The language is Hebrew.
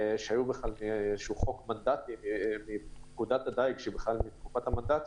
שהיו בכלל איזשהו חוק מנדטי מפקודת הדייג שהיא בכלל מתקופת המנדט,